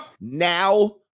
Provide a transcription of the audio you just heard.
Now